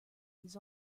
les